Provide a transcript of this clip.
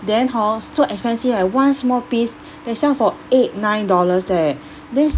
then hor so expensive eh one small piece they sell for eight nine dollars eh